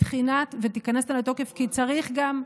כי צריך גם,